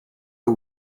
the